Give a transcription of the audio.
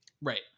Right